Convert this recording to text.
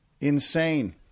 Insane